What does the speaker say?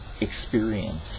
experience